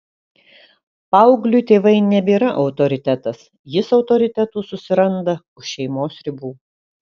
paaugliui tėvai nebėra autoritetas jis autoritetų susiranda už šeimos ribų